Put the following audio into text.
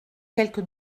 quelques